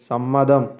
സമ്മതം